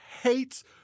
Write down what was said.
hates